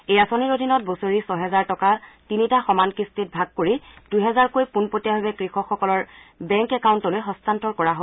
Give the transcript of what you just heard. এই আঁচনিৰ অধীনত বছৰি ছহেজাৰ টকা তিনিটা সমান কিস্তিত ভাগ কৰি দুহেজাৰকৈ পোনপটীয়াভাৱে কৃষকসকলৰ বেংক একাউণ্টলৈ হস্তান্তৰ কৰা হয়